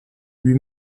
lui